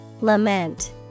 Lament